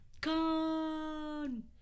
Con